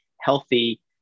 healthy